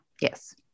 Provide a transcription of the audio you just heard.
Yes